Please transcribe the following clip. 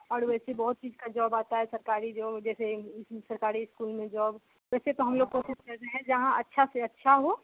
और वैसी बहुत चीज़ का जॉब आता है सरकारी जॉब जैसे सरकारी स्कूल में जॉब वैसे तो हम लोग कोशिश कर रहे हैं जहाँ अच्छे से अच्छा हो